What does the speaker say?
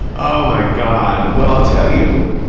oh, my god. well, i'll tell you,